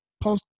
post